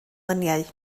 luniau